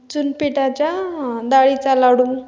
चुनपिठाच्या दाळीचा लाडू